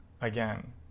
again